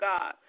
God